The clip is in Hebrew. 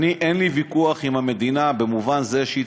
אין לי ויכוח עם המדינה במובן זה שהיא